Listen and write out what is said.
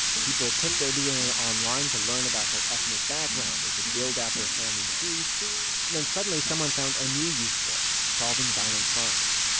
people put their dna online to learn about their ethnic background or to build out their family tree then suddenly, someone found a new use for it solving violent crimes.